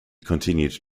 continued